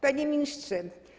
Panie Ministrze!